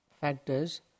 factors